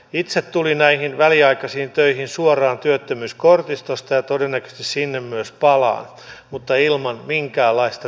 itse tulin näihin väliaikaisiin töihin suoraan työttömyyskortistosta ja todennäköisesti sinne myös palaan mutta ilman minkäänlaista työttömyysturvaa